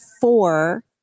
four